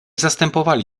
zastępowali